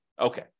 Okay